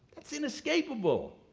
it's inescapable.